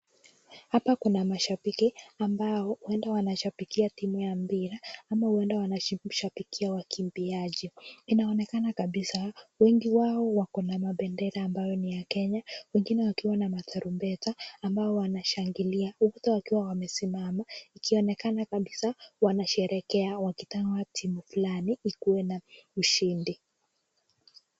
Hapa kuna mashabiki ambao huenda wanashabikia timu ya mpira, ama huenda wanashabikia wakimbiaji. Inaonekana kabisa, wengi wao wako na mabendera ambayo ni ya Kenya, wengine wao wakiwa na matarumbeta ambao wanashangilia huku wakiwa wamesimama, ikionekana kabisa wanasherehekea wakitaka timu fulani ikuwe na ushindi.